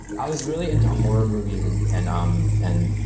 i was really into horror movies and and um and